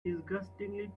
disgustingly